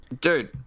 dude